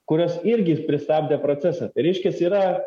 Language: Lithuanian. kurios irgi pristabdė procesą tai reiškias yra